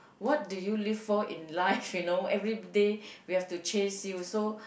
what do you live for in life you know everyday we have to chase you so